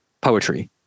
poetry